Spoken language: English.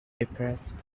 depressed